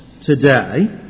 today